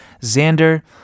Xander